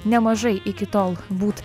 nemažai iki tol būt